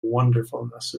wonderfulness